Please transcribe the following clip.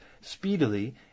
speedily